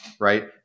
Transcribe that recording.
right